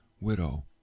widow